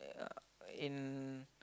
yeah in